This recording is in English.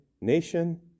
nation